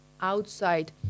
outside